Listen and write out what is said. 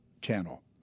Channel